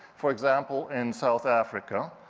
for example, in south africa,